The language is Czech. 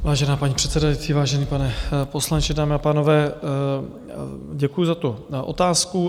Vážená paní předsedající, vážený pane poslanče, dámy a pánové, děkuji za tu otázku.